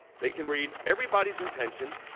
they can read everybody's intention,